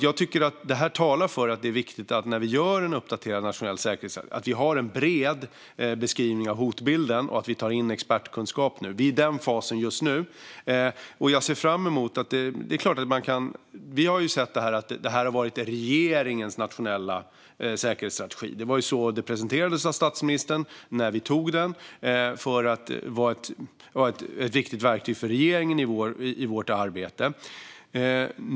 Jag tycker att det här talar för att det är viktigt att vi har en bred beskrivning av hotbilden och tar in expertkunskap när vi gör en uppdaterad nationell säkerhetsstrategi, och vi är i den fasen just nu. Detta har varit regeringens nationella säkerhetsstrategi. Det var så den presenterades av statsministern när vi antog den. Den skulle vara ett viktigt verktyg för regeringen i vårt arbete.